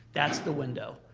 that's the window,